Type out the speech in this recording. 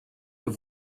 have